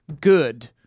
good